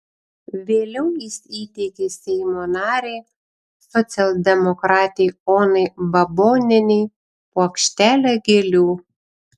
vėliau jis įteikė seimo narei socialdemokratei onai babonienei puokštelę gėlių